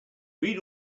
read